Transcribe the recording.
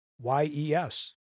Y-E-S